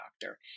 doctor